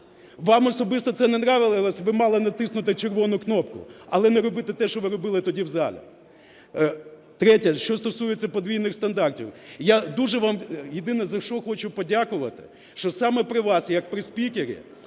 Вам особисто це не подобалося, ви мали натиснути червону кнопку, але не робити те, що ви робили тоді в залі. Третє – що стосується подвійних стандартів. Я дуже вам, єдине, за що хочу подякувати, що саме при вас як при спікері,